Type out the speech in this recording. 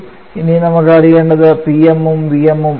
ഇനി നമുക്ക് അറിയേണ്ടത് Pm ഉം Vm ഉം ആണ്